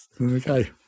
Okay